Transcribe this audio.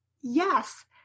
yes